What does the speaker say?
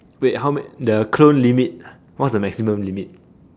wait how many ya the clone what is the maximum limit